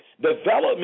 development